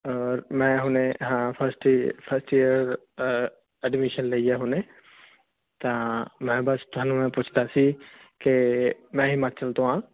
ਮੈਂ ਹੁਣੇ first year admission ਲਈ ਐ ਉਹਨੇ ਤਾਂ ਮੈਂ ਬਸ ਤੁਹਾਨੂੰ ਮੈਂ ਪੁੱਛਦਾ ਸੀ ਕਿ ਮੈਂ ਹਿਮਾਚਲ ਤੋਂ ਆ